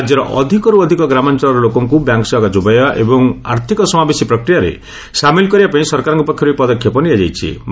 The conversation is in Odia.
ରାଜ୍ୟର ଅଧିକରୁ ଅଧିକ ଗ୍ରାମାଞ୍ଚଳର ଲୋକଙ୍କୁ ବ୍ୟାଙ୍କ ସେବା ଯୋଗାଇବା ଏବଂ ଆର୍ଥିକ ସମାବେଶୀ ପ୍ରକ୍ରିୟାରେ ସାମିଲ କରିବା ପାଇଁ ସରକାରଙ୍କ ପକ୍ଷରୁ ଏହି ପଦକ୍ଷେପ ନିଆଯାିଇଛି